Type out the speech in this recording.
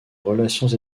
relations